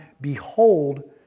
behold